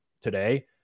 today